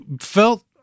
felt